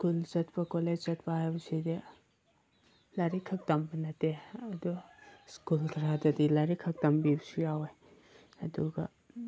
school ꯆꯠꯄ college ꯆꯠꯄ ꯍꯥꯏꯕꯁꯤꯗꯤ ꯂꯥꯏꯔꯤꯛꯈꯛ ꯇꯝꯕ ꯅꯠꯇꯦ ꯑꯗꯨ ꯁ꯭ꯀꯨꯜ ꯀꯥꯗ꯭ꯔꯗꯤ ꯂꯥꯏꯔꯤꯛ ꯈꯛ ꯇꯝꯕꯤꯕꯁꯨ ꯌꯥꯎꯋꯦ ꯑꯗꯨꯒ